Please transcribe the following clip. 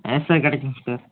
S sir கிடைக்கும் sir